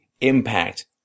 impact